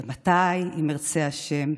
ומתי, אם ירצה השם,